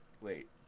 wait